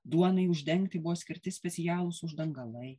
duonai uždengti buvo skirti specialūs uždangalai